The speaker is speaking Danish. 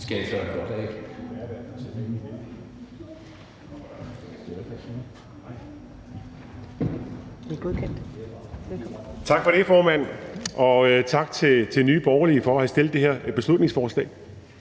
Tak for det, formand, og tak til Nye Borgerlige for at have fremsat det her beslutningsforslag.